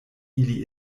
ili